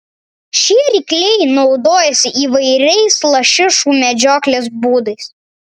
šie rykliai naudojasi įvairiais lašišų medžioklės būdais